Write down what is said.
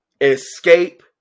escape